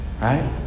Right